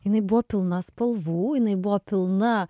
jinai buvo pilna spalvų jinai buvo pilna